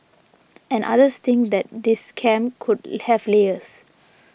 and others think that this scam could have layers